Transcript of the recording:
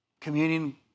communion